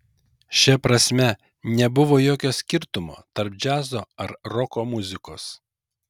šia prasme nebuvo jokio skirtumo tarp džiazo ar roko muzikos